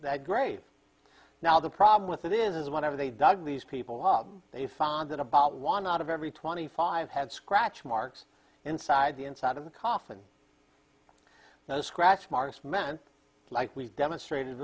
that grave now the problem with that is whenever they dug these people up they found that about one out of every twenty five had scratch marks inside the inside of the coffin no scratch marks meant like we've demonstrated